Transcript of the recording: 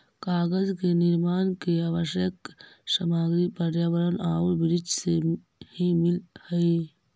कागज के निर्माण के आवश्यक सामग्री पर्यावरण औउर वृक्ष से ही मिलऽ हई